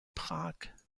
prag